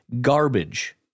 garbage